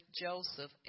Joseph